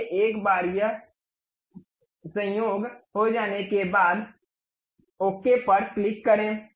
इसलिए एक बार यह संयोग हो जाने के बाद ठीक पर क्लिक करें